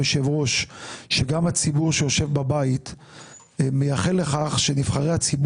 ראשי ערים נוהגים בדרך כלל לתת